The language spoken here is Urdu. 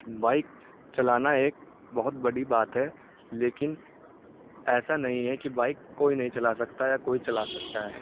بائک چلانا ایک بہت بڑی بات ہے لیکن ایسا نہیں ہے کہ بائک کوئی نہیں چلا سکتا ہے یا کوئی چلا سکتا ہے